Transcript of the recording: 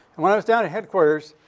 and when i was down at headquarters,